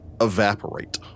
evaporate